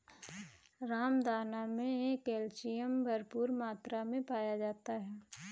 रामदाना मे कैल्शियम भरपूर मात्रा मे पाया जाता है